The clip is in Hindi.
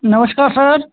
नमस्कार सर